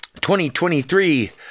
2023